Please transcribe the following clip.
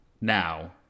now